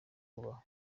kubaho